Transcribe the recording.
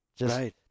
Right